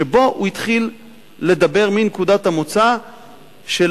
שבו הוא התחיל לדבר מנקודת המוצא של